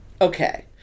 Okay